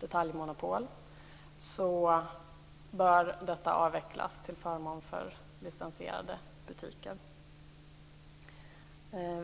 detaljmonopol bör avvecklas till förmån för licensierade butiker.